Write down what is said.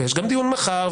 ויש גם דיון מחר,